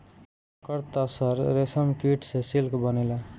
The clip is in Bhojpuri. ओकर तसर रेशमकीट से सिल्क बनेला